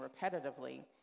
repetitively